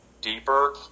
deeper